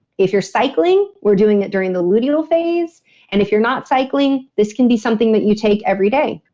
if you're cycling, we're doing it during the luteal phase and if you're not cycling, this can be something that you take every day.